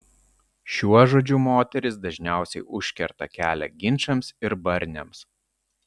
šiuo žodžiu moterys dažniausiai užkerta kelią ginčams ir barniams